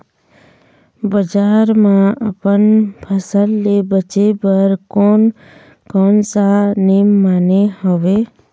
बजार मा अपन फसल ले बेचे बार कोन कौन सा नेम माने हवे?